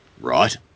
Right